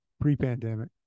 pre-pandemic